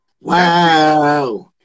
Wow